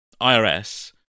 irs